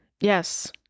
Yes